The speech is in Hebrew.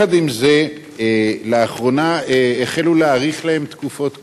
עם זה, לאחרונה החלו להאריך להם תקופות כהונה.